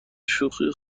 شوخی